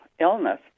illness